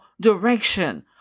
direction